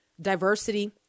diversity